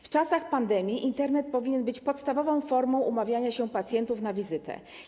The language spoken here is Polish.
W czasach pandemii Internet powinien być podstawową formą umawiania się pacjentów na wizytę.